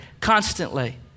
constantly